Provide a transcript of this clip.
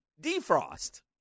Defrost